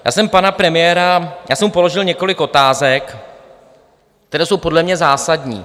Já jsem panu premiérovi položil několik otázek, které jsou podle mě zásadní.